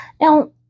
Now